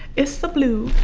it'sa blue